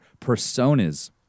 personas